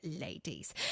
ladies